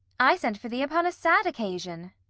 i sent for thee upon a sad occasion.